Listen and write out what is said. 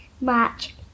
March